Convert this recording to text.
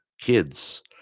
kids